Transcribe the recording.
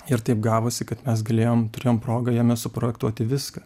ir taip gavosi kad mes galėjom turėjom progą jame suprojektuoti viską